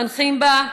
מחנכים בה,